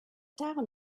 down